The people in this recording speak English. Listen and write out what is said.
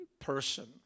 person